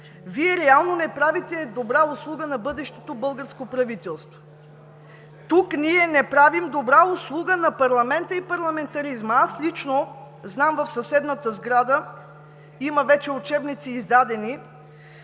Вие реално не правите добра услуга на бъдещото българско правителство. Тук ние не правим добра услуга на парламента и парламентаризма. Аз лично знам – в съседната сграда има вече издадени